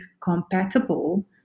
compatible